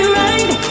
right